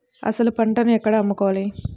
అసలు పంటను ఎక్కడ అమ్ముకోవాలి?